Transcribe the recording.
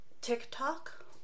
TikTok